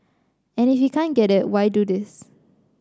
and if he can't get it why do this